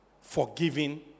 forgiving